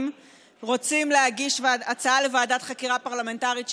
רוצים הצעה לוועדת חקירה פרלמנטרית,